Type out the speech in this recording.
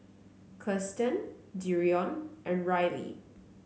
Kiersten Dereon and Ryley